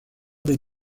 des